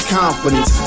confidence